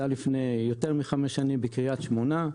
זה היה לפני יותר מחמש שנים בקרית שמונה.